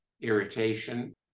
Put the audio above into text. irritation